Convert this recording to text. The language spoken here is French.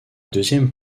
deuxième